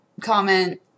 comment